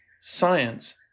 science